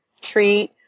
treat